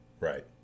Right